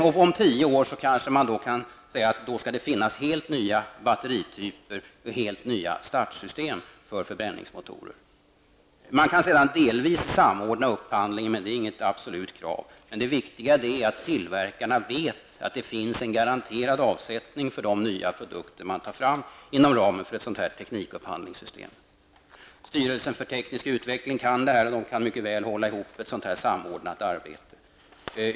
Om tio år kan de kräva att det skall finnas helt nya batterityper och helt nya startsystem för förbränningsmotorer. Upphandlingen kan sedan delvis samordnas, men det är inget absolut krav. Det viktiga är att tillverkarna vet att det finns en garanterad avsättning för de nya produkter de tar fram inom ramen för ett sådant teknikupphandlingssystem. Styrelsen för teknisk utveckling kan mycket väl hålla ihop ett sådant samordnat arbete.